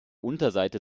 unterseite